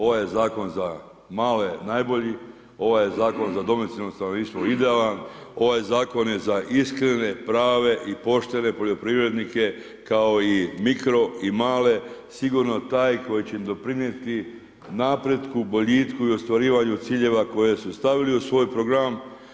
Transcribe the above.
Ovaj je zakon za male najbolji, ovaj je zakon za domicilno stanovništvo idealan, ovaj zakon je za iskrene, prave i poštene poljoprivrednike kao i mikro i male sigurno taj koji će im doprinijeti napretku, boljitku i ostvarivanju ciljeva koje su stavili u svoj program.